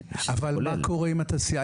אבל מה קורה עם התעשייה?